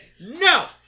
No